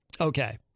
Okay